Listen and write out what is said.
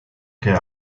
che